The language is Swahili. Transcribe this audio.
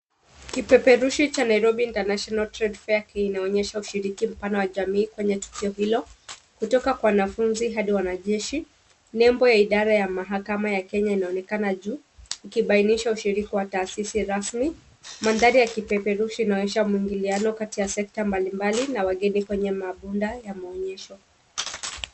Kipeperushi cha Nairobi International Trade Fair, kinaonyesha ushiriki mpana wa jamii tukio hilo. Kutoka kwa wanafunzi, hadi wanajeshi. Nembo ya idara ya mahakama ya Kenya inaonekana juu, ikibainisha ushirika wa taasisi rasmi. Mandhari ya kipeperushi inaonyesha muingiliano kati ya sekta mbalimbali, na wageni kwenye masbunda ya maonyesho.